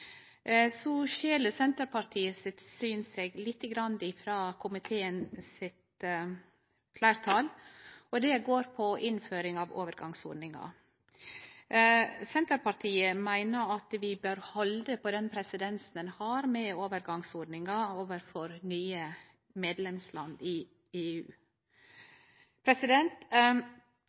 syn skil seg lite grann frå komiteens fleirtal, og det går på innføring av overgangsordninga. Senterpartiet meiner at vi bør halde på den presedensen ein har med overgangsordningar overfor nye medlemsland i EU.